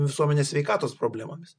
visuomenės sveikatos problemomis